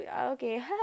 Okay